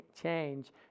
change